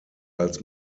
als